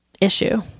issue